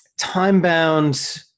time-bound